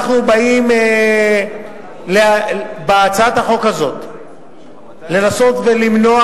אנחנו באים בהצעת החוק הזאת לנסות ולמנוע